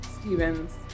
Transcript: Stevens